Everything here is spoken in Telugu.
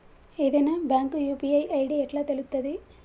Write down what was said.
ఏదైనా బ్యాంక్ యూ.పీ.ఐ ఐ.డి ఎట్లా తెలుత్తది?